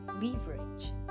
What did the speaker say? Leverage